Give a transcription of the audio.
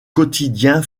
quotidien